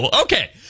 Okay